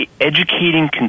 educating